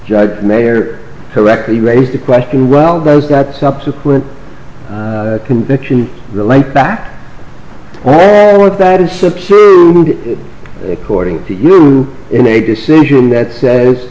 judge may hear correctly raised the question well those that subsequent conviction relate back well what that is according to you in a decision that says